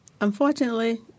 Unfortunately